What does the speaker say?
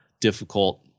difficult